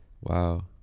wow